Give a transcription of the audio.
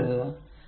എന്ന് കരുതുക